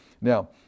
Now